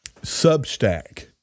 Substack